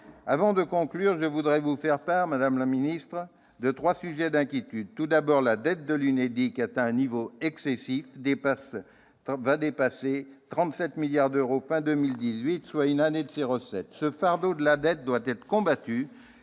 Avant de conclure, je voudrais vous faire part, madame la ministre, de trois sujets d'inquiétude. Tout d'abord, la dette de l'UNEDIC atteint un niveau excessif : elle dépassera, à la fin de l'année 2018, 37 milliards d'euros, soit une année de ses recettes. Ce fardeau de la dette doit être combattu,